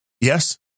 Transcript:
Yes